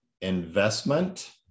investment